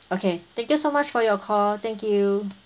okay thank you so much for your call thank you